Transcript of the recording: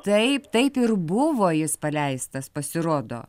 taip taip ir buvo jis paleistas pasirodo